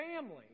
family